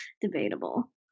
Debatable